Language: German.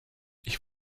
ich